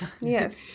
Yes